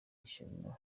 ishyano